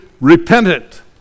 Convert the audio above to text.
repentant